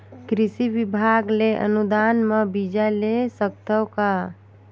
कृषि विभाग ले अनुदान म बीजा ले सकथव का?